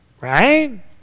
Right